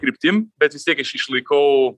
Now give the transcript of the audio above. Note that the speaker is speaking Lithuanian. kryptim bet vis tiek iš išlaikau